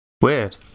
weird